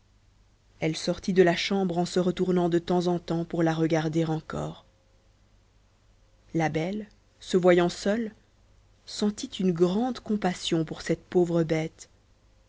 belle sortit de la chambre en se retournant de tems en tems pour la regarder encore belle se voyant seule sentit une grande compassion pour cette pauvre bête